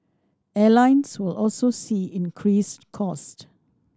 airlines will also see increased cost